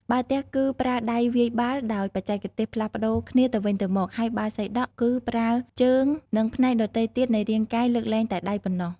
បាល់ទះ គឺប្រើដៃវាយបាល់ដោយបច្ចេកទេសផ្លាស់ប្តូរគ្នាទៅវិញទៅមក ហើយ បាល់សីដក់ គឺប្រើ ជើង និងផ្នែកដទៃទៀតនៃរាងកាយលើកលែងតែដៃប៉ុណ្ណោះ។